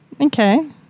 Okay